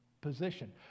position